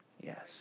Yes